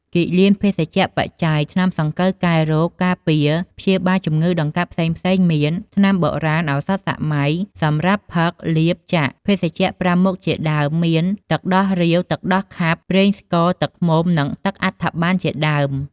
គិលានភេសជ្ជបច្ច័យ ថ្នាំសង្កូវ កែរោគ ការពារ ព្យាបាលជម្ងឺដម្កាត់ផ្សេងៗមាន ថ្នាំបូរាណ ឱសថសម័យ សម្រាប់ផឹក លាប ចាក់ ភេសជ្ជៈ ៥ មុខជាដើម មានទឹកដោះរាវ ទឹកដោះខាប់ ប្រេងស្ក ទឹកឃ្មុំ និងទឹកអដ្ឋបានជាដើម ។